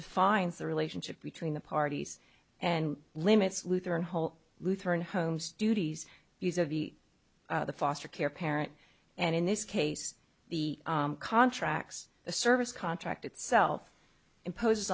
defines the relationship between the parties and limits lutheran whole lutheran homes duties because of the foster care parent and in this case the contracts the service contract itself imposes